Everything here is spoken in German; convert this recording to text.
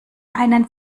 einen